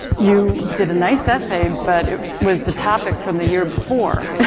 you did a nice essay, but it was the topic from the year before.